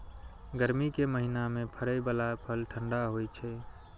गर्मी के महीना मे फड़ै बला फल ठंढा होइ छै